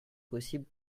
possible